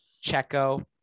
Checo